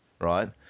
Right